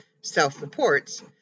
Self-Reports